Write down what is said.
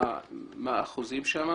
מה האחוזים שם?